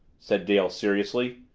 said dale seriously.